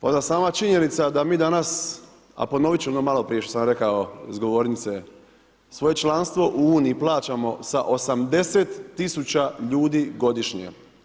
Onda činjenica, da mi danas, a ponoviti ću ono maloprije što sam rekao iz govornice, svoje članstvo u Uniji plaćamo sa 80 tisuća ljudi godišnje.